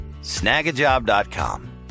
snagajob.com